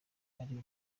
ari